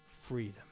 freedom